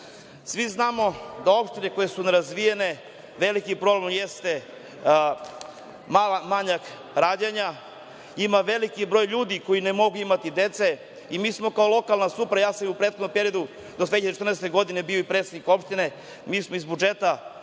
znamo da opštine koje su nerazvijene veliki problem im je manjak rađanja. Ima veliki broj ljudi koji ne mogu imati dece i mi smo kao lokalna samouprava, ja sam i u prethodnom periodu 2014. godine bio predsednik opštine, mi smo iz budžeta